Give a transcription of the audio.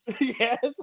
Yes